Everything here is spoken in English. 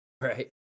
Right